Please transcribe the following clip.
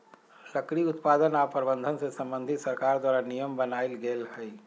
लकड़ी उत्पादन आऽ प्रबंधन से संबंधित सरकार द्वारा नियम बनाएल गेल हइ